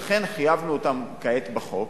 לכן חייבנו אותם בחוק,